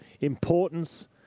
Importance